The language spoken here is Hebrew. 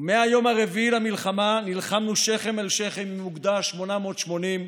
ומהיום הרביעי למלחמה נלחמנו שכם אל שכם עם אוגדה 880,